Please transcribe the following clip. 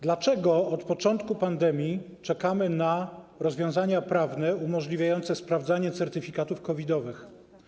Dlaczego od początku pandemii czekamy na rozwiązania prawne umożliwiające sprawdzenie certyfikatów COVID-owych?